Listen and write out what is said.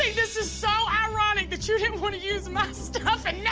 this is so ironic that you didn't want to use my stuff and